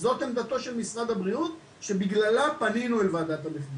זאת עמדתו של משרד הבריאות שבגללה פנינו אל וועדת המחירים.